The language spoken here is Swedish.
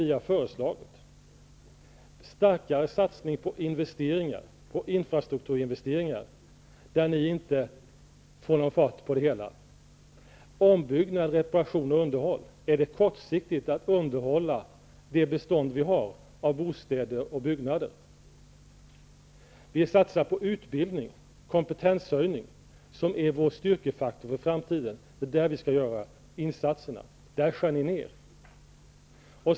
Vi har föreslagit starkare satsning på infrastrukturinvesteringar, där ni inte får någon fart på det hela. Är det kortsiktigt att underhålla det bestånd som vi har av bostäder och byggnader? Vi vill satsa på utbildning och kompetenshöjning som är vår styrkefaktor för framtiden. Det är där som man skall göra insatserna, men där skär ni ned.